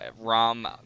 Rom